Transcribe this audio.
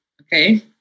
Okay